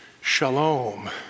Shalom